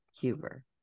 Huber